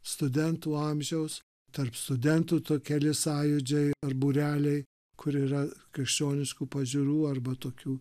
studentų amžiaus tarp studentų tokelės sąjūdžiai ar būreliai kur yra krikščioniškų pažiūrų arba tokių